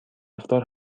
رفتار